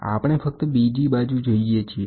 આપણે ફક્ત બીજી બાજુ જઈએ છીએ